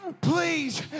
Please